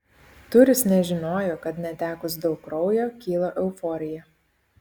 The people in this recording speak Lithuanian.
turis nežinojo kad netekus daug kraujo kyla euforija